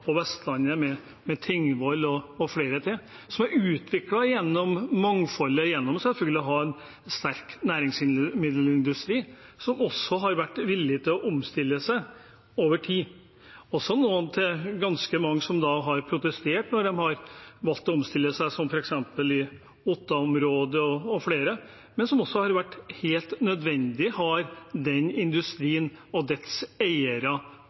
på Vestlandet, med Tingvoll og flere til, som er utviklet gjennom mangfoldet og selvfølgelig det å ha en sterk næringsmiddelindustri, som også har vært villig til å omstille seg over tid. Ganske mange har protestert når de har valgt å omstille seg, som f.eks. i Otta-området og flere, men det har vært helt nødvendig, har industrien og dens eiere